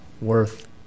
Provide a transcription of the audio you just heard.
worth